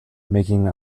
making